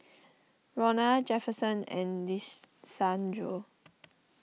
Ronna Jefferson and Lisandro